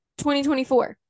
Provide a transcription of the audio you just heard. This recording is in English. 2024